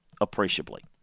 appreciably